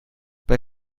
bei